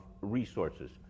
resources